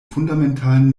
fundamentalen